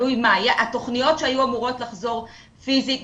התכניות שהיו אמורות לחזור פיזית,